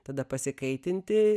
tada pasikaitinti